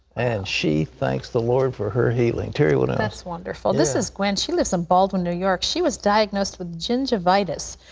and she thanks the lord for her healing. terry, what else? and that's wonderful. this is gwen. she lives in baldwin, new york. she was diagnosed with gingivitis.